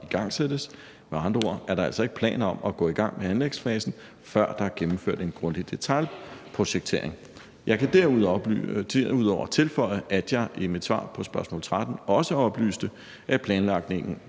igangsættes. Med andre ord er der altså ikke planer om at gå i gang med anlægsfasen, før der er gennemført en grundig detailprojektering. Jeg kan derudover tilføje, at jeg i mit svar på spørgsmål 13 også oplyste, at planlægningen